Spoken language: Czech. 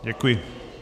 Děkuji.